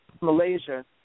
Malaysia